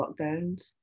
lockdowns